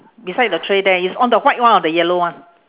beside the tray there it's on the white one or the yellow one